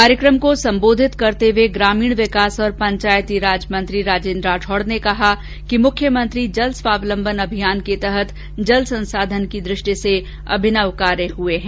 कार्यक्रम को संबोधित करते हुए ग्रामीण विकास और पंचायतीराज मंत्री राजेन्द्र राठौड़ ने कहा कि मुख्यमंत्री जल स्वावलम्बन अभियान के तहत जल संसाधन की दृष्टि से अभिनव कार्य हुए हैं